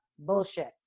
Bullshit